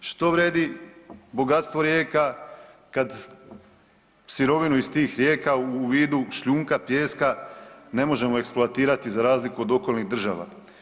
Što vrijedi bogatstvo rijeka kad sirovinu iz tih rijeka u vidu šljunka, pijeska ne možemo eksploatirati za razliku od okolnih država.